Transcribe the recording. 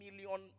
million